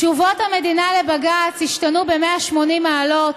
תשובות המדינה לבג"ץ השתנו ב-180 מעלות,